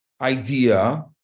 idea